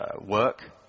work